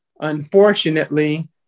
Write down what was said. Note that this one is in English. Unfortunately